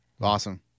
Awesome